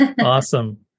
Awesome